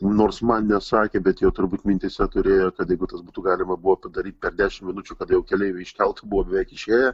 nors man nesakė bet jau turbūt mintyse turėjo kad jeigu tas būtų galima buvo padaryt per dešimt minučių kad jau keleiviai iš kelt buvo beveik išėję